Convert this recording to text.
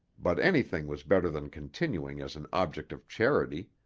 but anything was better than continuing as an object of charity.